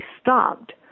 stopped